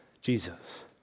Jesus